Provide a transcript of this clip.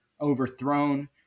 overthrown